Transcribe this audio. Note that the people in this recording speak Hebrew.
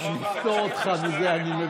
פעם אחת, אני אפטור אותך מזה.